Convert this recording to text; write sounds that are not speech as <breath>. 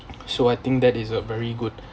so I think that is a very good <breath>